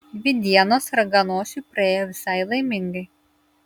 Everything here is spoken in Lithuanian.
dvi dienos raganosiui praėjo visai laimingai